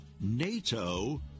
NATO